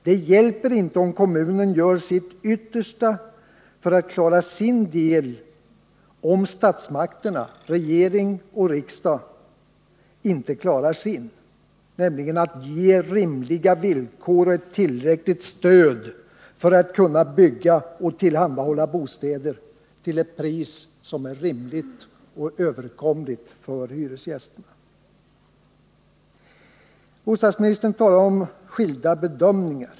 Det hjälper inte om kommunerna gör sitt yttersta för att klara sin del, om statsmakterna — regering och riksdag — inte klarar sin, nämligen att ge rimliga villkor och tillräckligt stöd för att de skall kunna bygga och tillhandahålla bostäder till priser som är rimliga och överkomliga för hyresgästerna. Bostadsministern talar vidare om skilda bedömningar.